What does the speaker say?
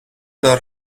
دار